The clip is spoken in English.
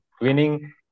Winning